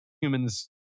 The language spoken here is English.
humans